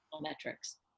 metrics